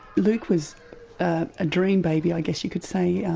luke was a dream baby, i guess you could say,